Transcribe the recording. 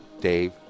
Dave